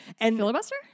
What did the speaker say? Filibuster